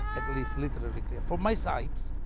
at least literally clear, for my sight,